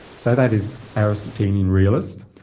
so that is aristotelian realist.